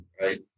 right